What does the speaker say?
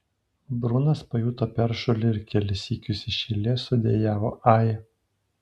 brunas pajuto peršulį ir kelis sykius iš eilės sudejavo ai